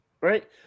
right